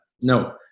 No